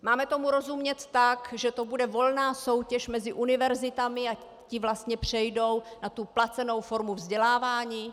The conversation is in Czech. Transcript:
Máme tomu rozumět tak, že to bude volná soutěž mezi univerzitami a ty vlastně přejdou na tu placenou formu vzdělávání?